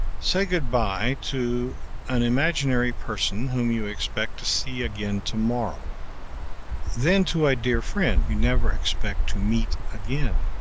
say good-bye to an imaginary person whom you expect to see again tomorrow then to a dear friend you never expect to meet again.